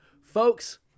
Folks